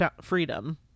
freedom